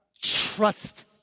trust